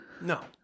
No